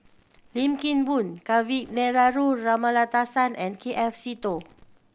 Lim Kim Boon Kavignareru Amallathasan and K F Seetoh